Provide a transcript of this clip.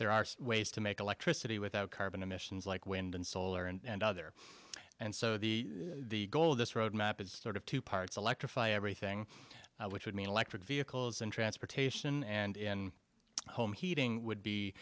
there are ways to make electricity without carbon emissions like wind and solar and other and so the the goal of this road map is sort of two parts electrify everything which would mean electric vehicles and transportation and in home heating would be